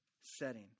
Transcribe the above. setting